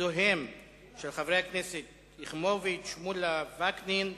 חוק שעות עבודה ומנוחה (תיקון,